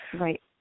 Right